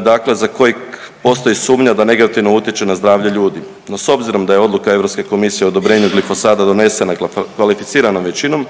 dakle za kojeg postoji sumnja da negativno utječe na zdravlje ljudi. No, s obzirom da je odluka Europske komisije o odobrenju glifosata donesena kvalificiranom većinom